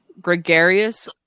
Gregarious